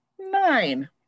nine